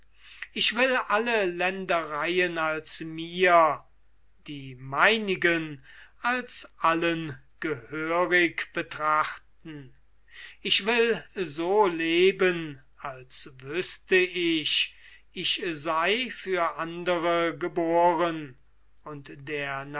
ich will alle ländereien als mir die meinigen als allen gehörig betrachten ich will so leben als wüßte ich ich sei für andere geboren und der